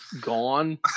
gone